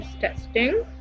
testing